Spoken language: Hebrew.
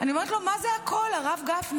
אני אומרת לו: מה זה הכול, הרב גפני?